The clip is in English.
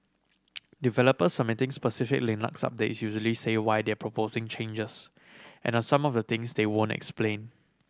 developers submitting specific Linux updates usually say why they're proposing changes and on some of the things they won't explain